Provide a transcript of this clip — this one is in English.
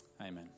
Amen